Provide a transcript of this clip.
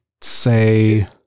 say